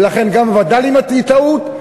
ולכן גם וד"לים יהיו טעות,